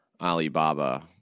Alibaba